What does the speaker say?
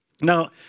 Now